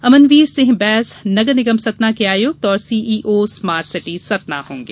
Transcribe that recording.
अमनवीर सिंह बैंस नगर निगम सतना के आयुक्त और सीईओ स्मार्ट सिटी सतना होंगे